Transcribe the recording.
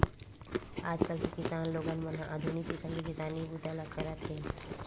आजकाल के किसान लोगन मन ह आधुनिक किसम ले किसानी बूता ल करत हे